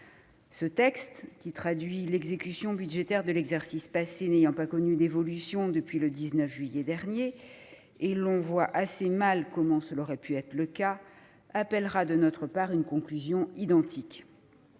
Ce texte, qui traduit l'exécution budgétaire de l'exercice passé, n'ayant pas connu d'évolution depuis le 19 juillet dernier- on voit assez mal comment il aurait pu en être ainsi -, appellera de notre part une conclusion identique.